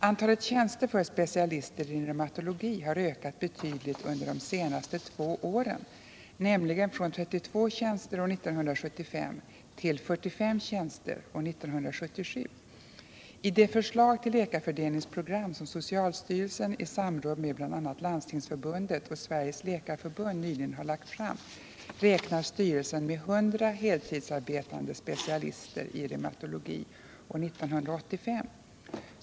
Antalet tjänster för specialister i reumatologi har ökat betydligt under de senaste två åren, nämligen från 32 tjänster år 1975 till 45 tjänster år 1977. I det förslag till läkarfördelningsprogram som socialstyrelsen i samråd med bl.a. Landstingsförbundet och Sveriges läkarförbund nyligen har lagt fram räknar styrelsen med 100 helårsarbetande specialister i reumatologi år 1985.